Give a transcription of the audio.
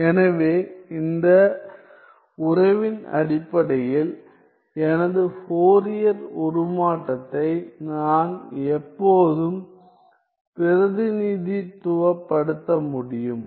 எனவே இந்த உறவின் அடிப்படையில் எனது ஃபோரியர் உருமாற்றத்தை நான் எப்போதும் பிரதிநிதித்துவப்படுத்த முடியும்